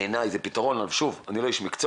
בעיניי זה פתרון אבל שוב, אני לא איש מקצוע.